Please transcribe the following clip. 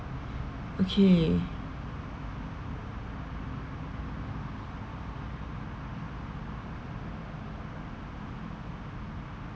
okay